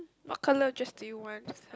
what colour of dress do you want to